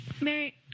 Mary